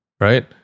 Right